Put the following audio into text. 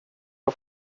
vad